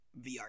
VR